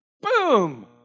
Boom